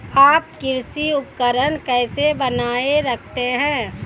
आप कृषि उपकरण कैसे बनाए रखते हैं?